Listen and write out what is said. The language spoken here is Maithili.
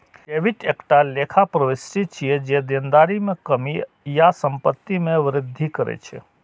डेबिट एकटा लेखा प्रवृष्टि छियै, जे देनदारी मे कमी या संपत्ति मे वृद्धि करै छै